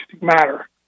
matter